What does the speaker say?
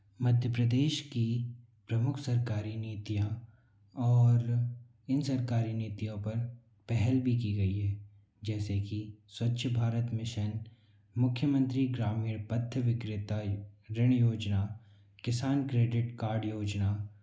मध्य प्रदेश की प्रमुख सरकारी नीतियाँ और इन सरकारी नीतियों पर पहल भी की गई है जैसे कि स्वच्छ भारत मिशन मुख्यमंत्री ग्रामीण पथ विक्रेता ऋण योजना किसान क्रेडिट कार्ड योजना